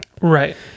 right